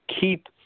keep